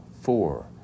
Four